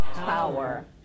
power